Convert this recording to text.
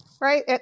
right